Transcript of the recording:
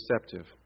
receptive